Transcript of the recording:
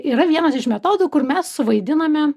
yra vienas iš metodų kur mes suvaidiname